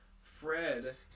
Fred